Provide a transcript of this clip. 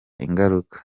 ingaruka